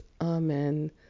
Amen